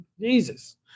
Jesus